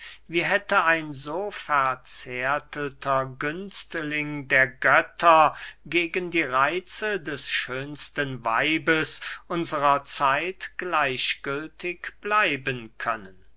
wie hätte ein so verzärtelter günstling der götter gegen die reitze des schönsten weibes unserer zeit gleichgültig bleiben können